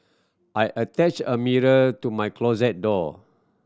I attach a mirror to my closet door